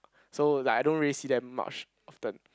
so like I don't really see them much often